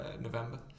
November